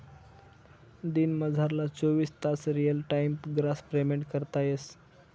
दिनमझारला चोवीस तास रियल टाइम ग्रास पेमेंट करता येस